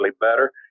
better